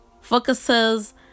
focuses